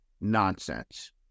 nonsense